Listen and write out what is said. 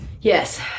Yes